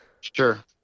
Sure